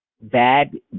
Bad